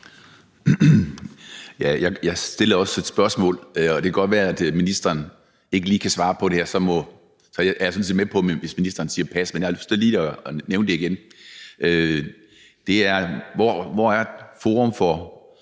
Jeg stillede også et spørgsmål, og det kan godt være, at ministeren ikke lige kan svare på det, og jeg er sådan set med på det, hvis ministeren siger pas, men jeg har lyst til lige at nævne det igen. Hvor er Forum for